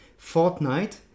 Fortnite